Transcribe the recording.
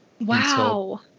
Wow